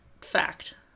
fact